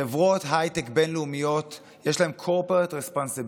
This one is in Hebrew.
לחברות הייטק בין-לאומיות יש corporate responsibility.